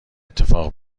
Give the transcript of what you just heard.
اتفاق